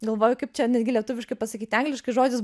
galvoju kaip čia netgi lietuviškai pasakyti angliškai žodis